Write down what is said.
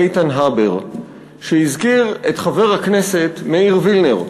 השבוע למשל קראתי מאמר של איתן הבר שהזכיר את חבר הכנסת מאיר וילנר,